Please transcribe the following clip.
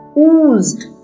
Oozed